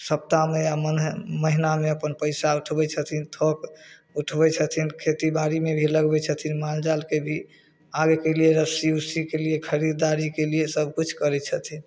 सप्ताहमे या महिनामे अपन पइसा उठबै छथिन थोक उठबै छथिन खेतीबाड़ीमे भी लगबै छथिन मालजालके भी आगेके लिए रस्सी उस्सीके लिए खरीदारीके लिए सबकिछु करै छथिन